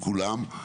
כולם.